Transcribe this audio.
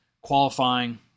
Qualifying